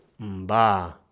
Mba